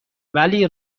ولی